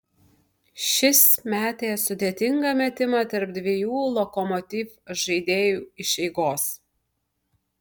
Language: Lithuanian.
šis metė sudėtingą metimą tarp dviejų lokomotiv žaidėjų iš eigos